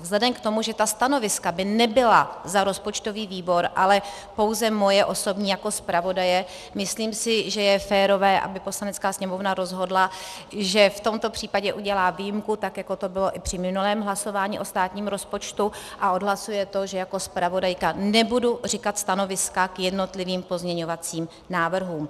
Vzhledem k tomu, že ta stanoviska by nebyla za rozpočtový výbor, ale pouze moje osobní jako zpravodaje, si myslím, že je férové, aby Poslanecká sněmovna rozhodla, že v tomto případě udělá výjimku, tak jako to bylo i při minulém hlasování o státním rozpočtu, a odhlasuje to, že jako zpravodajka nebudu říkat stanoviska k jednotlivým pozměňovacím návrhům.